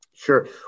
Sure